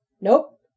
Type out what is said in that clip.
Nope